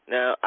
Now